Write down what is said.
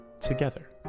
together